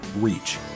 reach